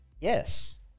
yes